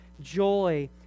joy